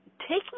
taking